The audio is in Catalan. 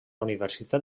universitat